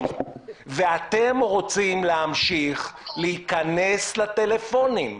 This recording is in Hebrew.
ואתם רוצים להמשיך להיכנס לטלפונים.